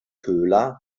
köhler